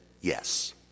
yes